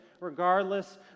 regardless